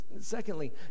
Secondly